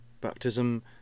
Baptism